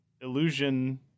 illusion